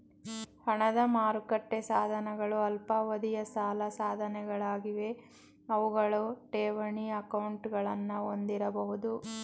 ಹಣದ ಮಾರುಕಟ್ಟೆ ಸಾಧನಗಳು ಅಲ್ಪಾವಧಿಯ ಸಾಲ ಸಾಧನಗಳಾಗಿವೆ ಅವುಗಳು ಠೇವಣಿ ಅಕೌಂಟ್ಗಳನ್ನ ಹೊಂದಿರಬಹುದು